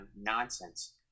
nonsense